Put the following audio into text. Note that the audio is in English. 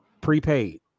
prepaid